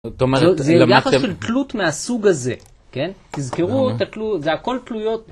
זאת אומרת זה יחס של תלות מהסוג הזה, כן, תזכרו את התלות, זה הכל תלויות.